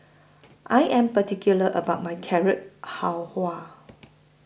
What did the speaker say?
I Am particular about My Carrot Halwa